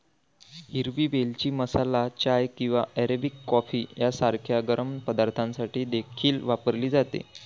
हिरवी वेलची मसाला चाय किंवा अरेबिक कॉफी सारख्या गरम पदार्थांसाठी देखील वापरली जाते